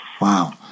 Wow